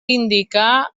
indicar